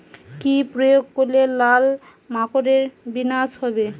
কি প্রয়োগ করলে লাল মাকড়ের বিনাশ হবে?